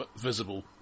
visible